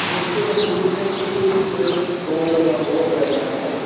ਦੇਖੋ ਲਖਬੀਰ ਸਿੰਘ ਜੀ ਇਹਦੇ ਵਿੱਚ ਦੋ ਗੱਲਾਂ ਬਹੁਤ ਜ਼ਿਆਦਾ ਮਾਈਨੇ ਰਖਾਂਦੀਆਂ